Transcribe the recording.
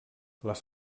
les